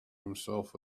himself